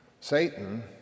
Satan